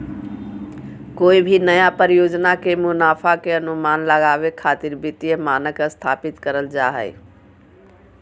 कोय भी नया परियोजना के मुनाफा के अनुमान लगावे खातिर वित्तीय मानक स्थापित करल जा हय